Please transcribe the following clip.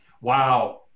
Wow